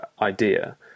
idea